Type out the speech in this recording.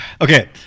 Okay